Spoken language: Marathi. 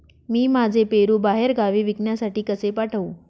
मी माझे पेरू बाहेरगावी विकण्यासाठी कसे पाठवू?